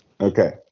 okay